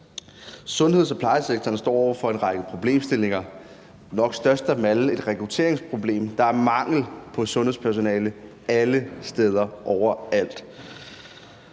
Sundheds- og plejesektoren står over for en række problemstillinger – nok størst af dem alle er et rekrutteringsproblem: Der er mangel på sundhedspersonale alle steder, overalt.